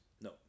No